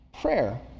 prayer